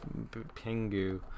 Pingu